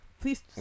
Please